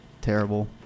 Terrible